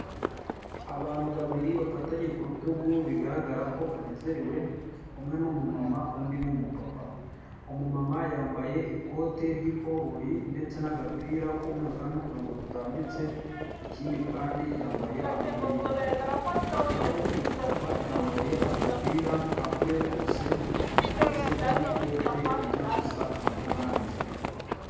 Abantu babiri bafatanye ku rutugu bigaragara ko banezerewe, umwe ni umumama undi ni umupapa, umumama yambaye ikote ry'ikoboyi ndetse n'agapira k'umweru n'uturongo dutambitse, ikindi kandi yambaye amarinete naho umupapa yambaye agapira ka burefotse n'ikote rijya gusa nka oranje.